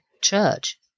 church